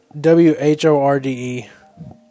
W-H-O-R-D-E